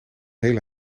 hele